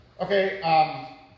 Okay